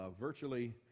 Virtually